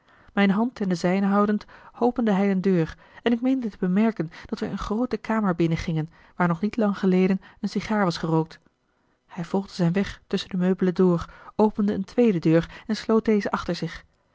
mijn hand in de zijne houdend opende hij een deur en ik meende te bemerken dat wij een groote kamer binnengingen waar nog niet lang geleden een sigaar was gerookt hij volgde zijn weg tusschen de meubelen door opende een tweede deur en sloot deze achter zich